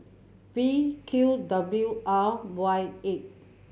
V Q W R Y eight